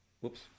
Whoops